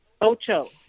Ocho